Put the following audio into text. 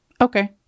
okay